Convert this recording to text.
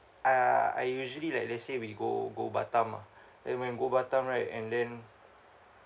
uh I usually like let's say we go go batam ah and when go batam right and then